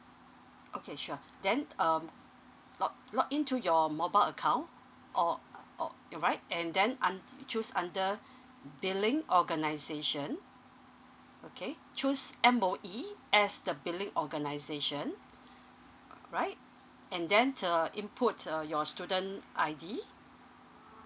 okay sure then um log log in to your mobile account or or alright and then un~ choose under billing organisation okay choose M_O_E as the billing organisation alright and then uh input uh your student I_D